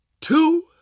two